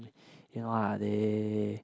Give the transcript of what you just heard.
you know ah they